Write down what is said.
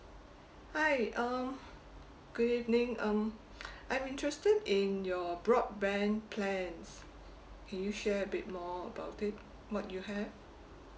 hi um good evening um I'm interested in your broadband plans can you share a bit more about it what you have